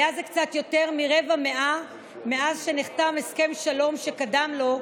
היה זה קצת יותר מרבע מאה מאז נחתם הסכם השלום שקדם לו,